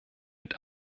mit